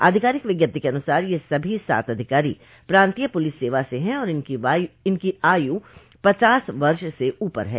आधिकारिक विज्ञप्ति के अनुसार यह सभी सात अधिकारी प्रान्तीय पुलिस सेवा से हैं और इनकी आयु पचास वर्ष से ऊपर है